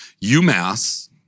UMass